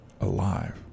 alive